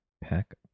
Pack